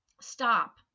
stop